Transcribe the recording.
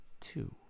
two